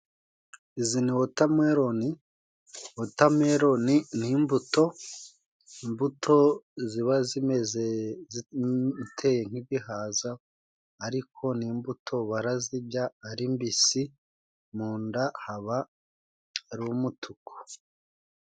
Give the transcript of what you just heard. Izi ni wotameroni, wotameroni ni imbuto, imbuto ziba zimeze ziteye nk'ibihaza, ariko ni imbuto barazijya ari mbisi mu nda haba ari umutuku.